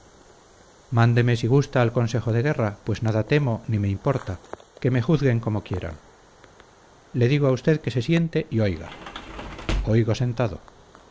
mándeme si gusta al consejo de guerra pues nada temo ni me importa que me juzguen como quieran le digo a usted que se siente y oiga oigo sentado